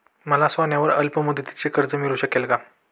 मला सोन्यावर अल्पमुदतीचे कर्ज मिळू शकेल का?